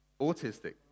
Autistic